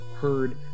heard